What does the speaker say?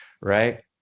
right